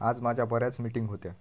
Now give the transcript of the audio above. आज माझ्या बऱ्याच मिटींग होत्या